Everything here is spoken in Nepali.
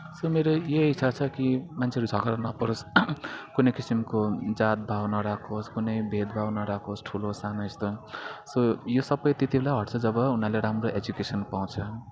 यो मेरो यही इच्छा छ कि मान्छेहरू झगडा नपरोस् कुनै किसिमको जातभाव नराखोस् कुनै भेदभाव नराखोस् ठुलो सानो एकदम यस्तो सो यो सबै त्यति बेलै हट्छ जब उनीहरूले राम्रो एजुकेसन पाउँछ